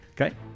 Okay